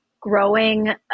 Growing